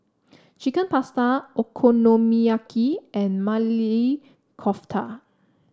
Chicken Pasta Okonomiyaki and Maili Kofta